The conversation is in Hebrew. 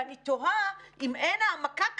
ואני תוהה: אם אין העמקה כזאת,